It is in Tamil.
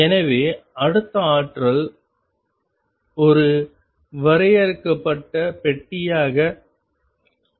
எனவே அடுத்த ஆற்றல் ஒரு வரையறுக்கப்பட்ட பெட்டியாக நாங்கள் கருதுகிறோம்